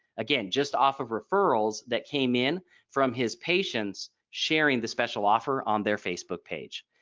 again just off of referrals that came in from his patients sharing the special offer on their facebook page.